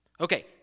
Okay